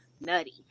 nutty